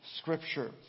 scripture